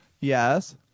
Yes